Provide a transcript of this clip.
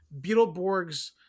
Beetleborgs